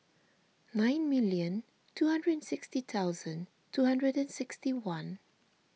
nine million two hundred and sixty thousand two hundred and sixty one